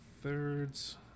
Thirds